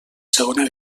segona